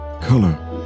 color